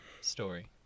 Story